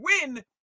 win